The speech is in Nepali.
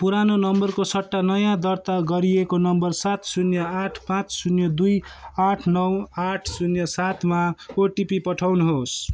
पुरानो नम्बरको सट्टा नयाँ दर्ता गरिएको नम्बर सात शून्य आठ पाँच शून्य दुई आठ नौ आठ शून्य सातमा ओटिपी पठाउनुहोस्